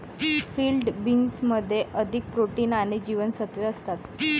field बीन्समध्ये अधिक protein आणि जीवनसत्त्वे असतात